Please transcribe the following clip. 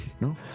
No